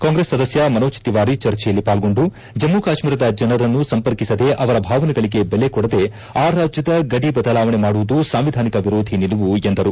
ಕಾಂಗ್ರೆಸ್ ಸದಸ್ಯ ಮನೋಜ್ ತಿವಾರಿ ಚರ್ಚೆಯಲ್ಲಿ ಪಾಲ್ಗೊಂಡು ಜಮ್ಮ ಕಾಶ್ನೀರದ ಜನರನ್ನು ಸಂಪರ್ಕಿಸದೆ ಅವರ ಭಾವನೆಗಳಗೆ ಬೆಲೆ ಕೊಡದೆ ಆ ರಾಜ್ಞದ ಗಡಿ ಬದಲಾವಣೆ ಮಾಡುವುದು ಸಾಂವಿಧಾನಿಕ ವಿರೋಧಿ ನಿಲುವು ಎಂದರು